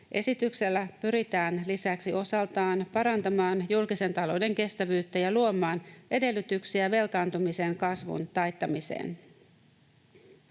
Esityksellä pyritään lisäksi osaltaan parantamaan julkisen talouden kestävyyttä ja luomaan edellytyksiä velkaantumisen kasvun taittamiseen.